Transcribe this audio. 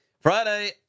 Friday